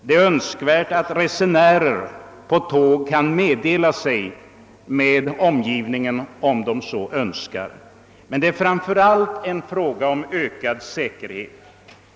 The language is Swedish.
Det är önskvärt att resenärer på tåg kan meddela sig med omgivningen om de så önskar. Men det är framför allt en fråga om ökad säkerhet.